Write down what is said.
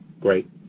Great